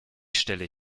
stelle